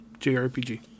JRPG